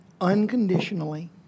unconditionally